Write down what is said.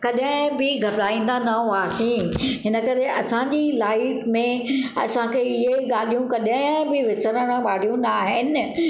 कॾहिं बि घबराईंदा न हुआसीं हिन करे असां जी लाइफ में असांखे इहे ॻाल्हियूं कॾहिं बि विसरणु वारियूं न आहिनि